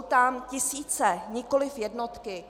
Jsou tam tisíce, nikoliv jednotky.